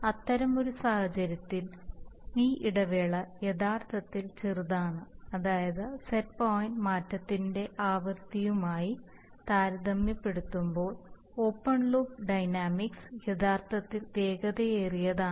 അത്തരമൊരു സാഹചര്യത്തിൽ ഈ ഇടവേള യഥാർത്ഥത്തിൽ ചെറുതാണ് അതായത് സെറ്റ് പോയിന്റ് മാറ്റത്തിന്റെ ആവൃത്തിയുമായി താരതമ്യപ്പെടുത്തുമ്പോൾ ഓപ്പൺ ലൂപ്പ് ഡൈനാമിക്സ് യഥാർത്ഥത്തിൽ വേഗതയേറിയതാണ്